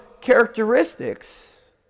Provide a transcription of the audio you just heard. characteristics